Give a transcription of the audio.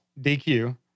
DQ